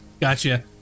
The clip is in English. Gotcha